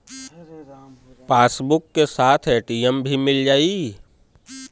Passbook के साथ ATM भी मील जाई?